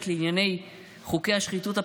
לענייני חוקי השחיתות הפרסונליים,